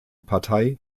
partei